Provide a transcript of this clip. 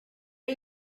are